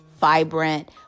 vibrant